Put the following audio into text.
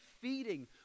feeding